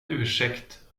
ursäkt